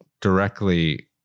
directly